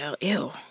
ew